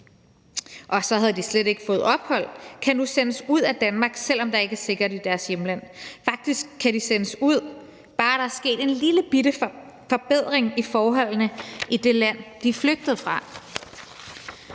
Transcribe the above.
og så havde de slet ikke fået ophold – kan nu sendes ud af Danmark, selv om der ikke er sikkert i deres hjemland. Faktisk kan de sendes ud, bare der er sket en lillebitte forbedring af forholdene i det land, de er flygtet fra,